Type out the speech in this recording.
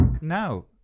now